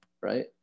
right